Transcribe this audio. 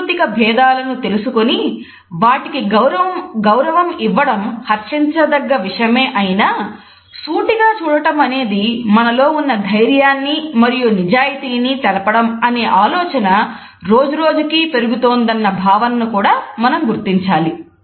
సాంస్కృతిక భేదాలను తెలుసుకొని వాటికి గౌరవం ఇవ్వడం హర్షించదగ్గ విషయమే అయినా సూటిగా చూడటం అనేది మనలో ఉన్న ధైర్యాన్ని మరియు నిజాయితీని తెలపడం అనే ఆలోచన రోజురోజుకు పెరుగుతోందన్న భావనను కూడా మనం గుర్తించాలి